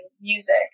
music